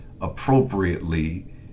appropriately